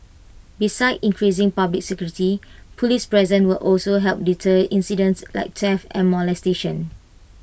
besides increasing public security Police presence will also help deter incidents like theft and molestation